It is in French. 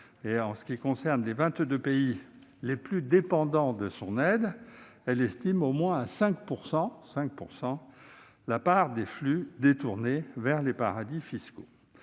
En ce qui concerne les 22 pays les plus dépendants de son aide, elle estime à au moins 5 % la part des flux détournés vers des paradis fiscaux.